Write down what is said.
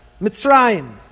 Mitzrayim